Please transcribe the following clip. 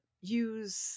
use